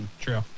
True